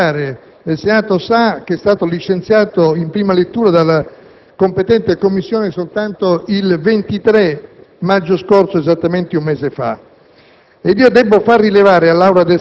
è ancora nel pieno dell'*iter* parlamentare: il Senato sa che è stato licenziato, in prima lettura, dalla competente Commissione soltanto il 23 maggio scorso, esattamente un mese fa.